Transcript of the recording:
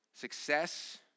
success